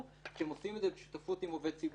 כי הם עושים את זה בשותפות עם עובד ציבור.